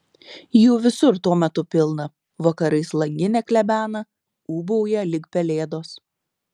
jų visur tuo metu pilna vakarais langinę klebena ūbauja lyg pelėdos